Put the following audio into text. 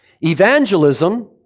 evangelism